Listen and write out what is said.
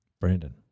Brandon